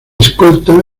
escolta